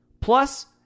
Plus